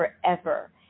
forever